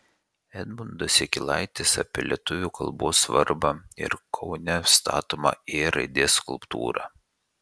edmundas jakilaitis apie lietuvių kalbos svarbą ir kaune statomą ė raidės skulptūrą